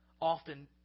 Often